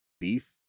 beef